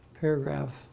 paragraph